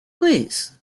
please